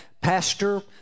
pastor